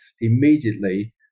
immediately